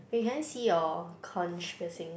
wait can I see your conch piercing